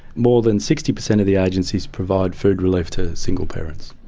more than sixty percent of the agencies provide food relief to single parents.